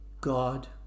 God